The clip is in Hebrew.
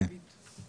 לכמה מגיעה הריבית?